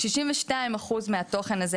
62 אחוז מהתוכן הזה,